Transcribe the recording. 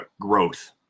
growth